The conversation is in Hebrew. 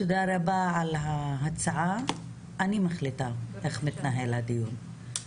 תודה רבה על ההצעה, אני מחליטה איך מתנהל הדיון.